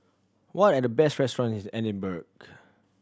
what are the best restaurants in Edinburgh